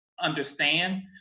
understand